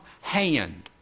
hand